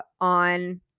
on